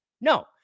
No